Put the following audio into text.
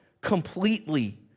completely